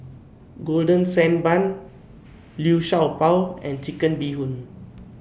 Golden Sand Bun Liu Sha Bao and Chicken Bee Hoon